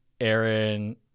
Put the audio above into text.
Aaron